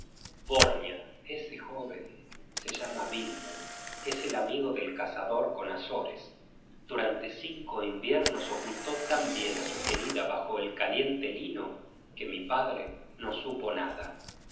borñia ese jóven se llama vilmund es el amigo del cazador con azores durante cinco inviernos ocultó tan bien á su querida bajo el caliente lino que mi padre no supo nada